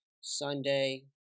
Sunday